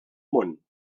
món